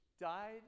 died